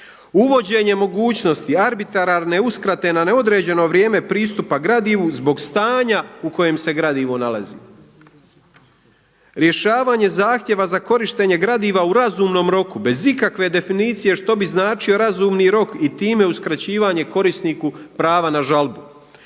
Uvođenje mogućnosti arbitrarne uskrate na neodređeno vrijeme pristupa gradivu zbog stanja u kojem se gradivo nalazi. Rješavanje zahtjeva za korištenje gradiva u razumnom roku bez ikakve definicije što bi značio razumni rok i time uskraćivanje korisniku prava na žalbu.